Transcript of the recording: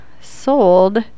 sold